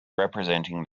representing